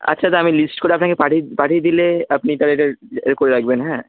আচ্ছা তা আমি লিস্ট করে আপনাকে পাঠিয়ে পাঠিয়ে দিলে আপনি তা এইটা এ করে রাখবেন হ্যাঁ